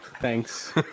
Thanks